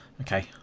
okay